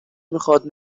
میخاد